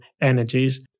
energies